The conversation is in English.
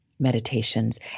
meditations